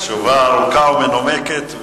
תשובה ארוכה ומנומקת.